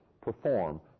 perform